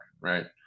right